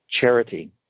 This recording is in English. charity